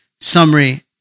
summary